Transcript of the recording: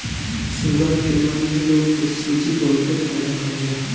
sugar के मरीज लोग के सूजी बहुते फायदा करेला